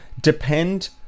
depend